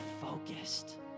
focused